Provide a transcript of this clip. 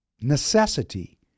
necessity